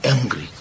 angry